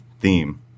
theme